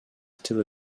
still